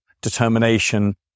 determination